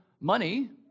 money